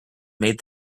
made